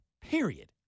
period